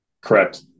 Correct